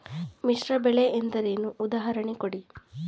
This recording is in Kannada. ಮಿಶ್ರ ಬೆಳೆ ಎಂದರೇನು, ಉದಾಹರಣೆ ಕೊಡಿ?